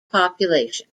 population